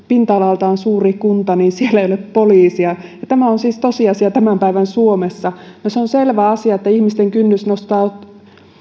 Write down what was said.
pinta alaltaan niin suuressa kunnassa ei ole poliisia tämä on siis tosiasia tämän päivän suomessa se on selvä asia että ihmisten kynnys